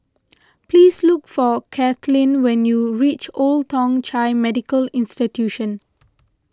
please look for Kathleen when you reach Old Thong Chai Medical Institution